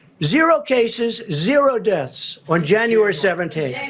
zero cases, zero deaths on january seventeenth.